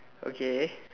okay